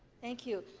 thank you.